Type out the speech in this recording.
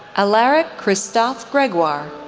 alaric christophe gregoire,